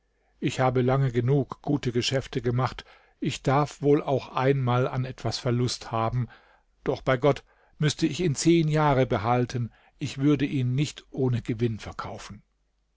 ich habe lang genug gute geschäfte gemacht ich darf wohl auch einmal an etwas verlust haben doch bei gott müßte ich ihn zehn jahre behalten ich würde ihn nicht ohne gewinn verkaufen